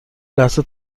لحظه